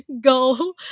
go